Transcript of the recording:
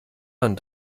man